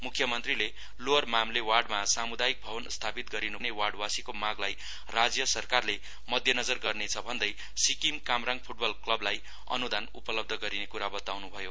मुख्यमन्त्रीले लोअर मामले वार्डमा सामुदायिक भवन स्थापित गरिनुपर्ने वार्डवासीको मागलाई राज्य सरकारले मध्यनजर गर्नेछ भन्दै सिक्किम कामराङ फूट्बल क्लबलाई अनुदान उपलब्ध गरिने कुरा बताउनुभयो